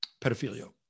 pedophilia